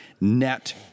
net